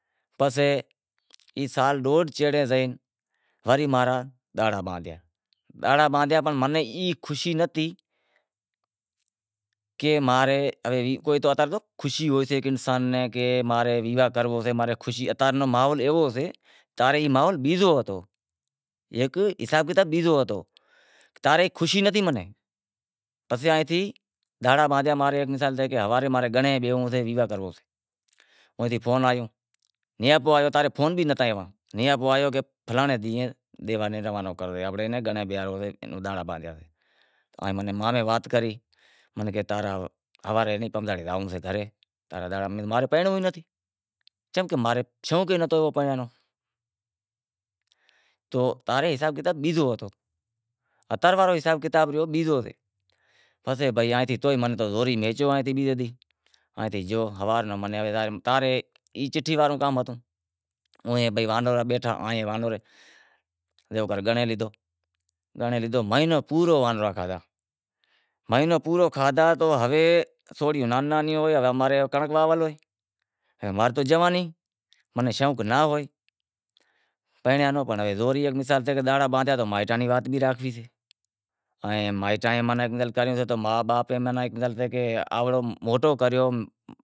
پسے ای سال وری ماں را دہاڑا باندہیا، دہاڑا باندیا تو موں نیں ای خوشی نہ تھی کہ ماں رے زکو خوشی ہوئیسے انسان نیں ماں رو ویواہ کرنڑو سے ماں ری خوشی سے، اتا رے ماحول ایوو سے تا رے ماحول بیزو ہتو، ہیک حساب کتاب بیزو ہتو، تا رے خوشی ناں تھی منیں، پسے آئے تھی، دہاڑا باندہا ماں را مثال اے کہ ہوارے ماں نیں گھرے بیہنڑو سے ویواہ کرنڑو سے، ماں نیں فون آیو، فون بھی نتھا نیاپو آیو فلانڑے دینہں، روانو کرنڑو اے مامے وات کری کہ ہوارے زانونڑو سے گھرے، ماں نیں پرنڑنڑو ئی نتھی، چمکہ ماں نیں شونق ئی نتھو پرنڑنڑ رو تو آں رے حساب کتاب بیزو ہتو، اتا رے حساب کتاب بیزو سے، پسے گیو تا رے اے چھٹھی واڑو کام ہتو، جیووکر گنڑے لیدہو، مہینڑو پورو وانرا کھایا، ماناں جوانی ماناں شوق ناں ہوے پرنڑیا رو پنڑ زوری حساب سے کہ دہاڑا باندہیا تو مائیٹاں ری وات بھی راکھنڑی سے ائیں مائیٹ